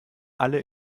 alle